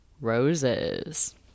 roses